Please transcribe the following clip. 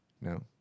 No